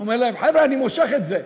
אומר להם: חבר'ה, אני מושך את זה.